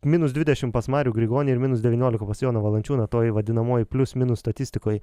minus dvidešim pas marių grigonį ir minus devyniolika pas joną valančiūną toj vadinamoj plius minus statistikoj